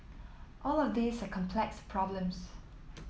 all of these are complex problems